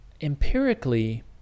empirically